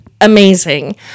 amazing